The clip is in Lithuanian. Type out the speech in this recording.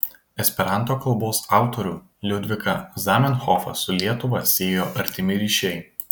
esperanto kalbos autorių liudviką zamenhofą su lietuva siejo artimi ryšiai